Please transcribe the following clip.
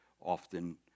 often